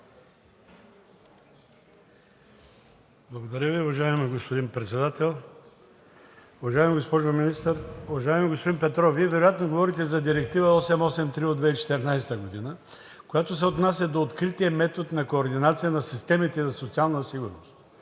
Благодаря Ви. Уважаеми господин Председател, уважаема госпожо Министър! Уважаеми господин Петров, вие вероятно говорите за Директива № 883 от 2014 г., която се отнася до открития метод на координация на системите за социална сигурност.